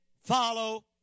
follow